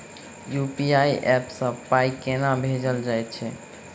UPI app सँ पाई केना भेजल जाइत छैक?